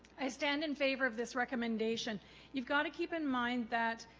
i stand in favor of this recommendation you've got to keep in mind that